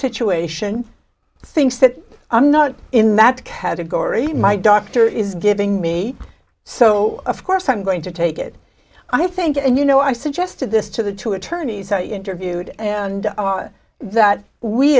situation thinks that i'm not in that category my doctor is giving me so of course i'm going to take it i think and you know i suggested this to the two attorneys i interviewed and that we